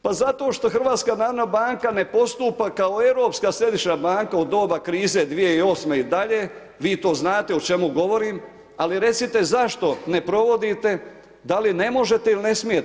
Pa zato što HNB ne postupa kao Europska središnja banka u doba krize 2008. i dalje, vi to znate o čemu govorim, ali recite zašto ne provodite, da li ne možete ili ne smijete?